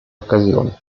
occasioni